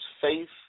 Faith